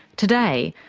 today,